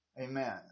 Amen